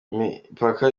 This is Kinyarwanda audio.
imipaka